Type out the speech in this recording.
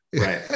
right